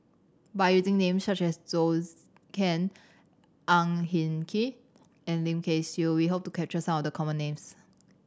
by using names such as Zhou Can Ang Hin Kee and Lim Kay Siu we hope to capture some of the common names